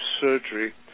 Surgery